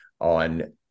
on